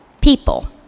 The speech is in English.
people